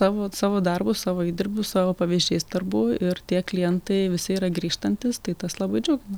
savo savo darbu savo įdirbiu savo pavyzdžiais darbų ir tie klientai visi yra grįžtantys tas labai džiugina